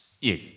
Yes